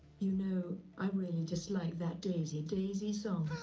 you know, i really dislike that daisy, daisy song.